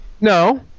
No